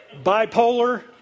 bipolar